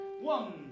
One